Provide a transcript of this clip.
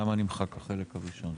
למה נמחק החלק הראשון.